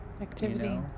Activity